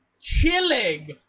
chilling